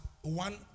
one